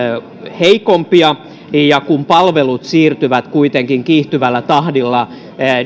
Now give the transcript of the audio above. heikompia ja kun palvelut siirtyvät kuitenkin kiihtyvällä tahdilla